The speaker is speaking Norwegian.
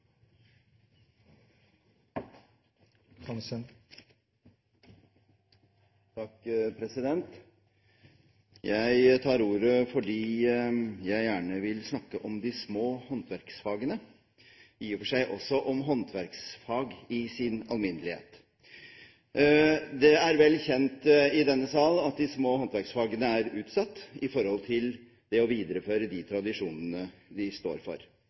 Jeg tar ordet fordi jeg gjerne vil snakke om de små håndverksfagene, i og for seg også om håndverksfag i sin alminnelighet. Det er vel kjent i denne sal at de små håndverksfagene er utsatt i forhold til å videreføre de tradisjonene de står for.